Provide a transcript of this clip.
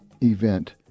event